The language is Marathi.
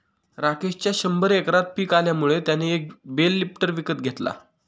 राकेशच्या शंभर एकरात पिक आल्यामुळे त्याने एक बेल लिफ्टर विकत घेतला